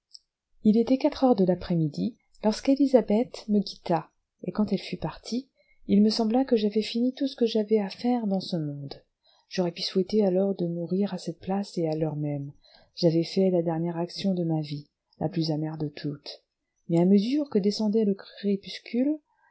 il était quatre heures de l'après-midi lorsqu'élisabeth me quitta et quand elle fut partie il me sembla que j'avais fini tout ce que j'avais à faire dans ce monde j'aurais pu souhaiter alors de mourir à cette place et à l'heure même j'avais fait la dernière action de ma vie et la plus amère de toutes mais à mesure que descendait le crépuscule